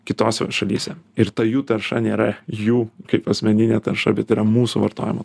kitose šalyse ir ta jų tarša nėra jų kaip asmeninė tarša bet yra mūsų vartojimo